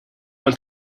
want